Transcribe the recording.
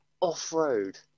Off-road